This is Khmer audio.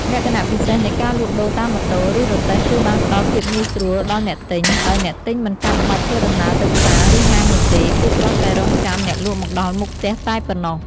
លក្ខណៈពិសេសនៃការលក់ដូរតាមម៉ូតូ ឬរទេះគឺបានផ្ដល់ភាពងាយស្រួលដល់អ្នកទិញ ដោយអ្នកទិញមិនចាំបាច់ធ្វើដំណើរទៅផ្សារ ឬហាងនោះទេ គឺគ្រាន់តែរង់ចាំអ្នកលក់មកដល់មុខផ្ទះតែប៉ុណ្ណោះ។